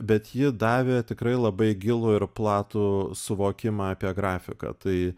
bet ji davė tikrai labai gilų ir platų suvokimą apie grafiką tai